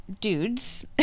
Dudes